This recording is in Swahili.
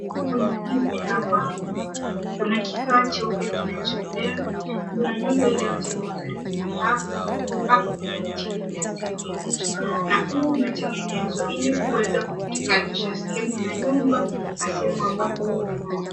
Kwenye dimbwi la maji kuna kifaa cheupe kinachoelea. Kuna nyumba inayojengwa karibu na hapo, ambapo kuna miti iliyomea sehemu ya nje na ua umetengenzwa ili kuweza kutenganisha sehemu ya nyumba na sehemu ambapo kuna maji.